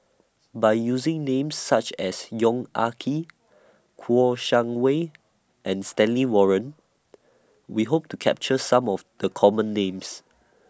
By using Names such as Yong Ah Kee Kouo Shang Wei and Stanley Warren We Hope to capture Some of The Common Names